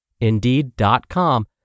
Indeed.com